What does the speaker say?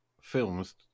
films